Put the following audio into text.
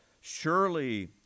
Surely